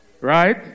Right